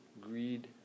greed